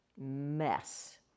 mess